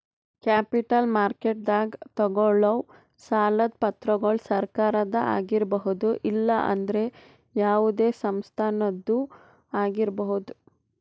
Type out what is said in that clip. capital ಮಾರ್ಕೆಟ್ದಾಗ್ ತಗೋಳವ್ ಸಾಲದ್ ಪತ್ರಗೊಳ್ ಸರಕಾರದ ಆಗಿರ್ಬಹುದ್ ಇಲ್ಲಂದ್ರ ಯಾವದೇ ಸಂಸ್ಥಾದ್ನು ಆಗಿರ್ಬಹುದ್